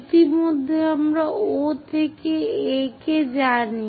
ইতিমধ্যে আমরা O থেকে A কে জানি